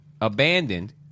abandoned